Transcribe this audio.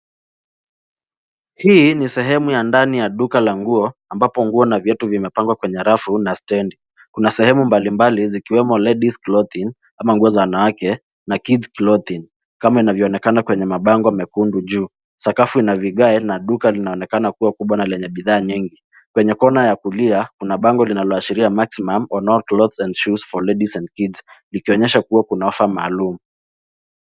Hii ni sehemu ya ndani la duka la nguo ambapo nguo na viatu vimepangwa kwenye rafu na standi. Kuna sehemu mbalimbali zikiwemo ladies clothing ama nguo za wanawake na kids clothing , kama inavyoonekana kwenye mabango mekundu juu. Sakafu ina vigae na duka linaonekana kuwa kubwa na lenye bidhaa nyingi. Kwenye kona ya kulia, kuna bango linaloashiria maximum on all clothes and shoes for ladies and kids , likionyesha kuna ofa maalum.